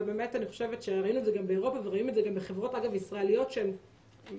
וראינו את גם באירופה ורואים את זה גם בחברות ישראליות שאוספות